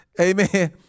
Amen